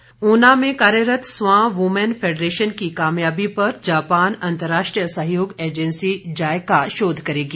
federation शोध ऊना में कार्यरत स्वां वुमैन फेडरेशन की कामयाबी पर जापान अंतर्राष्ट्रीय सहयोग एजेंसी जायका शोध करेगी